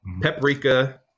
paprika